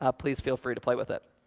ah please feel free to play with it.